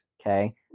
Okay